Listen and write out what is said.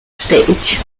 stage